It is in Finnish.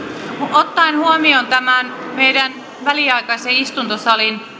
ottaen huomioon tämän meidän väliaikaisen istuntosalin